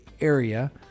area